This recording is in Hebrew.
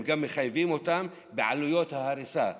גם מחייבים אותם בעלויות ההריסה,